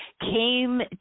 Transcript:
came